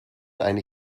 eine